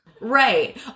Right